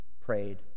prayed